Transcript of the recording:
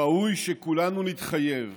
ראוי שכולנו נתחייב